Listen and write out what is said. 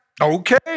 okay